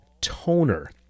toner